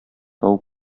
тау